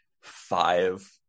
five